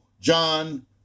John